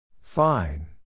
Fine